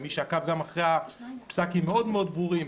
ומי שעקב גם אחר פסקים המאוד מאוד ברורים